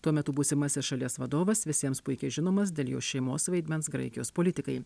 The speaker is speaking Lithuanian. tuo metu būsimasis šalies vadovas visiems puikiai žinomas dėl jo šeimos vaidmens graikijos politikai